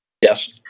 Yes